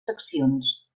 seccions